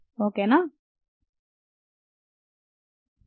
okay నా